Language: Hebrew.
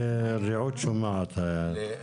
רעות שומעת את זה,